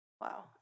Wow